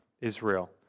Israel